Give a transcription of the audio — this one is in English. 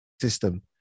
system